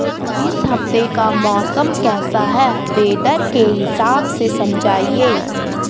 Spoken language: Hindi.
इस हफ्ते का मौसम कैसा है वेदर के हिसाब से समझाइए?